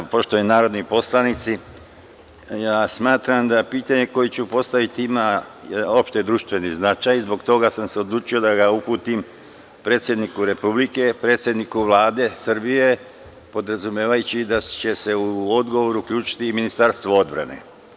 Poštovani narodni poslanici, ja smatram da pitanje koje ću postaviti ima opšte društveni značaj zbog toga sam se odlučio da ga uputim predsedniku Republike, predsedniku Vlade Srbije, podrazumevajući se da će se u odgovoru uključiti i Ministarstvo odbrane.